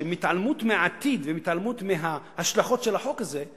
התעלמות מהעתיד והתעלמות מההשלכות של החוק הזה,